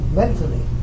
mentally